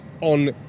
on